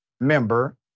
member